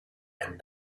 and